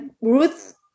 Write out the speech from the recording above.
Ruth